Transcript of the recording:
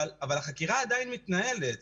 אבל החקירה עדיין מתנהלת.